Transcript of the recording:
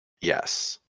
Yes